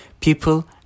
people